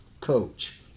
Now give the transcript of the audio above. coach